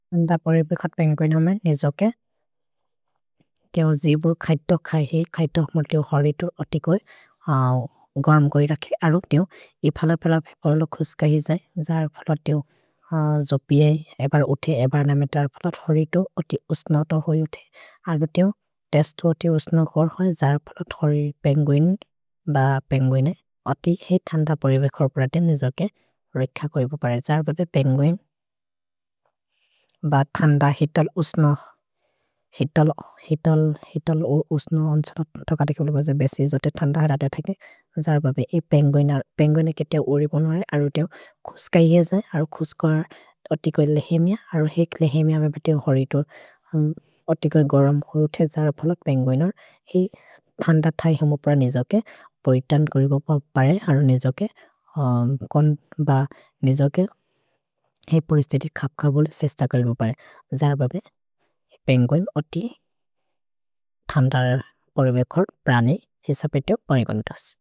First question तु होइसे, how much exercise does a dog need daily?. अत कुकुरे होदये तो मिनुते एक्सेर्चिसे कर्को लगे दैल्य् पेर् दय्। किति अमने मन हेतो हेअल्थ् तु भले थके, अरु बोध् किनि हेते हिकिबोबरे। लिके त्रैनिन्ग्, एक्सेर्चिसे मनि कि त्रैनिन्ग्, त्रैनिन्ग् तु दैल्य् तु तो मिनुते करिबो लगे। नोले कते एकु हिकिबोबो नोले, कते सुफ्फिचिएन्त् तिमे होये तो मिनुते।